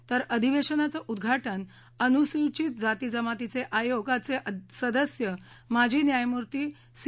तर अधिवेशनाचे उद्घाटन अनुसूचित जाती जमाती आयोगाचे सदस्य माजी न्यायमूर्ती सी